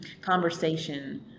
conversation